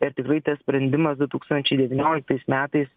ir tikrai tas sprendimas du tūkstančiai devynioliktais metais